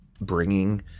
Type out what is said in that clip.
bringing